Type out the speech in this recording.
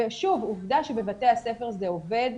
שוב, עובדה שבבתי הספר זה עובד.